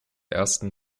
ersten